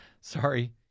sorry